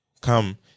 come